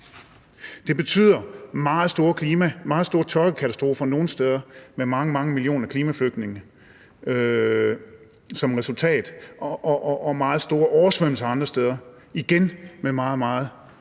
Det betyder meget store tørkekatastrofer nogle steder med mange millioner klimaflygtninge som resultat og meget store oversvømmelser andre steder – igen med et meget